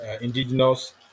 indigenous